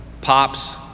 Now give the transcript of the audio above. pops